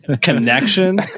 connection